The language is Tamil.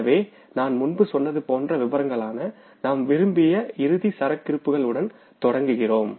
எனவே நான் முன்பு சொன்னது போன்ற விபரங்களான நாம் டிசைர்ட் குளோசிங் ஸ்டாக் களுடன் தொடங்குகிறோம்